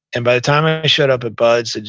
and by the time i showed up at bud's,